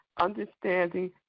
understanding